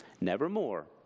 Nevermore